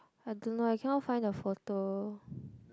I don't know I cannot find the photo